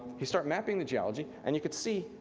he started mapping the geology and you can see,